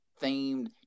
themed